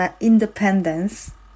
independence